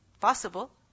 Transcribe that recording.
Possible